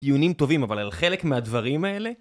עיונים טובים אבל על חלק מהדברים האלה